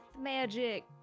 magic